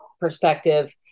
perspective